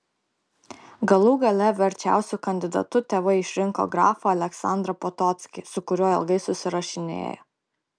galų gale verčiausiu kandidatu tėvai išrinko grafą aleksandrą potockį su kuriuo ilgai susirašinėjo